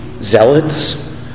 zealots